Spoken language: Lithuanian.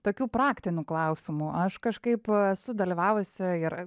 tokių praktinių klausimų aš kažkaip esu dalyvavusi ir